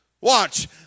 Watch